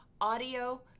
audio